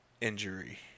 injury